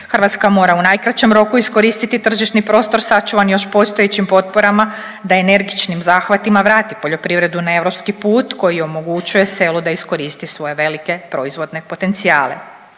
Hrvatska mora u najkraćem roku iskoristiti tržišni prostor sačuvan još postojećim potporama, da energičnim zahvatima vrati poljoprivredu na europski put koji omogućuje selu da iskoristi svoje velike proizvodne potencijale.